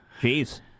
Jeez